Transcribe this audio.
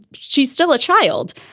she's still a child.